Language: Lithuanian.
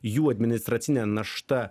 jų administracinė našta